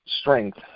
strength